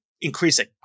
increasing